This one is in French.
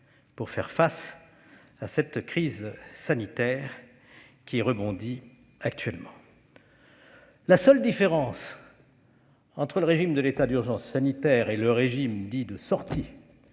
pour faire face à cette crise sanitaire, qui rebondit actuellement. La seule différence entre le régime de l'état d'urgence sanitaire et le régime dit de « sortie